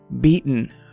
beaten